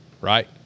right